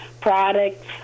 products